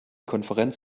konferenz